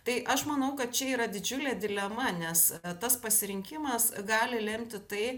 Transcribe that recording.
tai aš manau kad čia yra didžiulė dilema nes tas pasirinkimas gali lemti tai